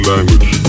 language